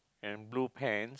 and blue pen